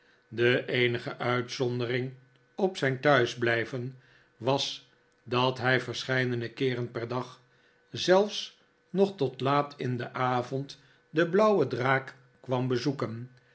de eenige uitzohdering op zijn thuisblijven was dat hij verscheidene keeren per dag zelfs nog tot laat in den avond de blauwe draak kwam bezoeken